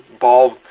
ball